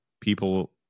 people